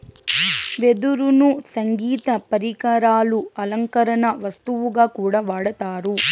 వెదురును సంగీత పరికరాలు, అలంకరణ వస్తువుగా కూడా వాడతారు